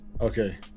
okay